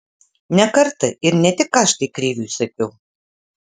ne kartą ir ne tik aš tai kriviui sakiau